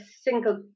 single